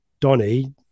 Donny